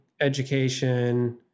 education